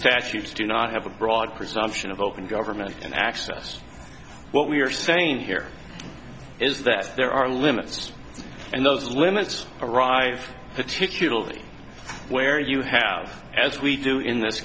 statutes do not have a broad presumption of open government and access what we're saying here is that there are limits and those limits arrive particularly where you have as we do in this